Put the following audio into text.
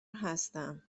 هستم